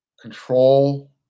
control